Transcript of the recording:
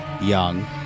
young